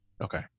okay